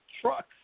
trucks